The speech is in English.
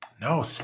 No